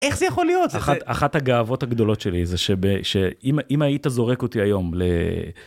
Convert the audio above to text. איך זה יכול להיות? אחת הגאוות הגדולות שלי זה שאם היית זורק אותי היום ל...